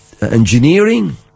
engineering